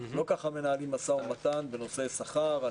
לא ככה מנהלים משא ומתן בנושא שכר.